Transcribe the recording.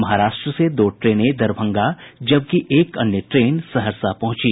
महाराष्ट्र से दो ट्रेनें दरभंगा जबकि एक अन्य ट्रेन सहरसा पहुंची